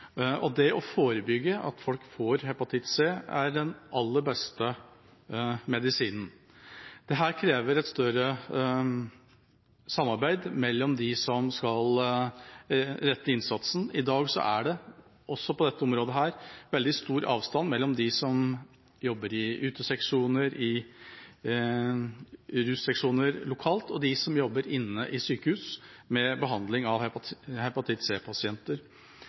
og det å forebygge at folk får hepatitt C, er den aller beste medisinen. Dette krever et større samarbeid mellom dem som skal rette innsatsen. I dag er det også på dette området veldig stor avstand mellom dem som jobber i uteseksjoner og i russeksjoner lokalt, og dem som jobber inne i sykehus med behandling av hepatitt